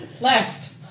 Left